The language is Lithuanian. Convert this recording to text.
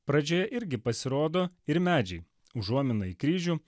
pradžioje irgi pasirodo ir medžiai užuomina į kryžių